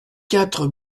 quatre